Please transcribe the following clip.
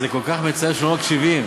זה כל כך מצער שלא מקשיבים.